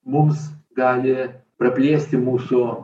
mums gali praplėsti mūsų